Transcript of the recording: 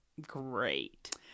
great